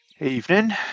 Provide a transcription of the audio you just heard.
Evening